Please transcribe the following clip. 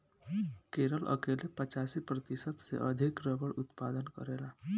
केरल अकेले पचासी प्रतिशत से अधिक रबड़ के उत्पादन करेला